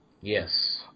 Yes